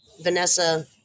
vanessa